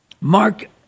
Mark